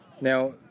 Now